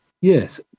Yes